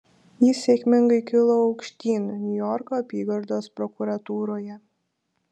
ji sėkmingai kilo aukštyn niujorko apygardos prokuratūroje